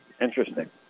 Interesting